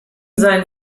seinen